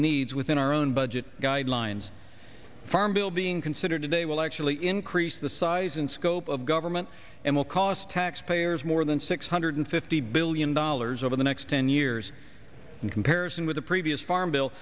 needs within our own budget guidelines farm bill being considered today will actually increase the size and scope of government and will cost taxpayers more than six hundred fifty billion dollars over the next ten years in comparison with the previous farm bill